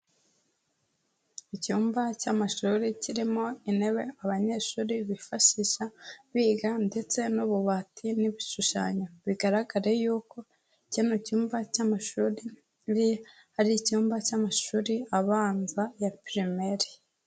Icyumba cy'amashuri kirimo intebe abanyeshuri bifashisha biga ndetse n'ububati n'ibishushanyo, bigaraga yuko kino cyumba cy'amashuri ari icyumba cy'amashuri abanza ya primaire.